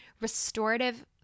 restorative